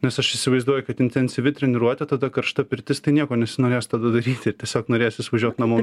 nes aš įsivaizduoju kad intensyvi treniruotė tada karšta pirtis tai nieko nesinorės tada daryti ir tiesiog norėsis važiuot namo